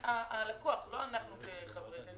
היה נכון לעשות את זה.